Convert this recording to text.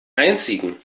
einzigen